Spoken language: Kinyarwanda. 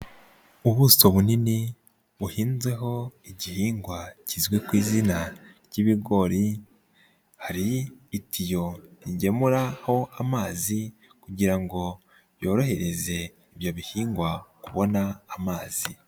Ubuso bunini buhinzeho igihingwa kizwi ku izina ry'ibigori, hari itiyo rigemuraho amazi kugira ngo yorohereze ibyo bihingwa kubona amazi.